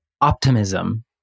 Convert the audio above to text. optimism